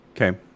Okay